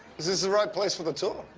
is this the right place for the tour?